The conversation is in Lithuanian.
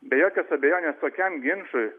be jokios abejonės tokiam ginčui